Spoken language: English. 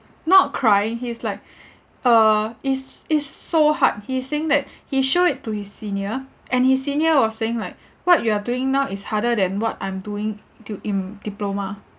not crying he's like uh is is s~ so hard he is saying that he showed it to his senior and his senior was saying like what you are doing now is harder than what I'm doing do~ in diploma